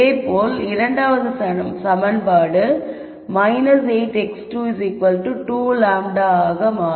இதேபோல் இரண்டாவது சமன்பாடு 8x22λ ஆக மாறும்